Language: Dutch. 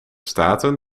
staten